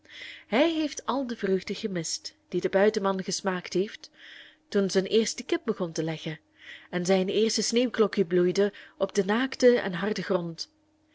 hij heeft al de vreugde gemist die de buitenman gesmaakt heeft toen zijn eerste kip begon te leggen en zijn eerste sneeuwklokje bloeide op den naakten en harden grond